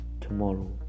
tomorrow